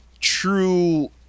true